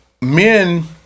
Men